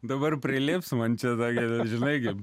dabar prilips man čia tokia žinai gi